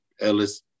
Ellis